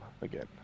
again